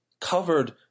covered